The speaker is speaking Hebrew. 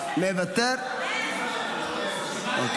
יש מי